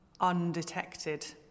undetected